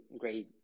great